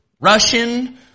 Russian